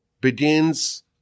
begins